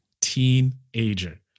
teenager